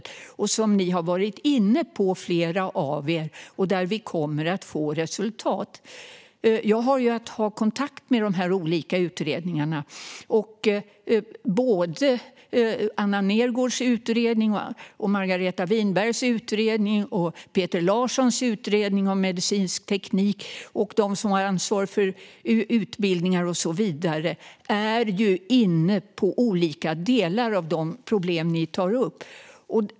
Många av er här har varit inne på dem, och vi kommer att få resultat. Jag har att ta kontakt med de olika utredningarna. Såväl Anna Nergårds som Margareta Winbergs utredningar och Peter Larssons utredning om medicinsk teknik liksom de som har ansvar för utbildningar och så vidare är inne på olika delar av de problem som ni tar upp.